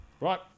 right